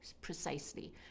precisely